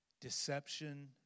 Deception